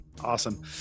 awesome